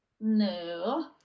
No